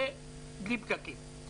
בלי פקקים.